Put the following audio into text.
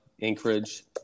Anchorage